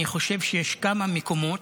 אני חושב שיש כמה מקומות,